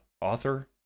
author